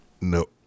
No